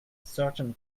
certain